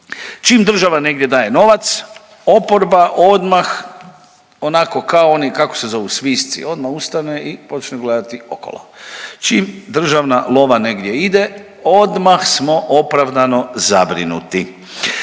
Čim država negdje daje novac, oporba odmah onako kao oni, kako se zovu, svisci, odma ustane i počne gledati okolo. Čim državna lova negdje ide odmah smo opravdano zabrinuti.